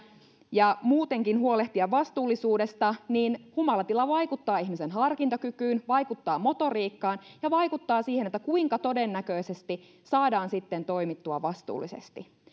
ja muutenkin huolehtia vastuullisuudesta niin humalatila vaikuttaa ihmisen harkintakykyyn vaikuttaa motoriikkaan ja vaikuttaa siihen kuinka todennäköisesti saadaan sitten toimittua vastuullisesti